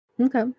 Okay